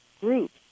groups